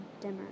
dimmer